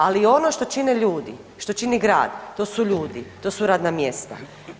Ali ono što čine ljudi, što čini grad to su ljudi, to su radna mjesta.